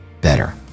better